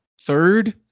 third